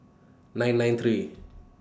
nine nine three